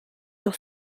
sur